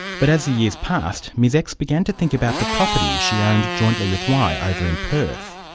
but as the years passed ms x began to think about the property she owned jointly with y over in perth.